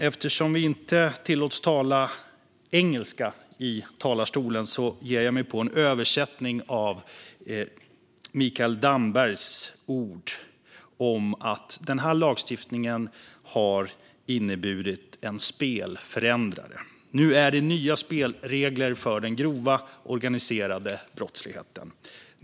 Eftersom vi inte tillåts tala engelska i talarstolen ger jag mig på en översättning av Mikael Dambergs ord: Den här lagstiftningen har inneburit en spelförändrare. Nu är det nya spelregler för den grova organiserade brottsligheten.